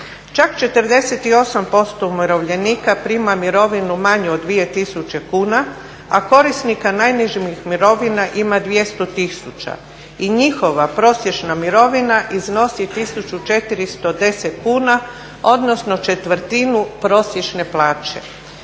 Čak 48% umirovljenika prima mirovinu manju od 2000 kuna, a korisnika najnižih mirovina ima 200 tisuća i njihova prosječna mirovina iznosi 1410 kuna, odnosno četvrtinu prosječne plaće.